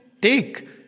take